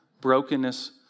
brokenness